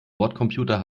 bordcomputer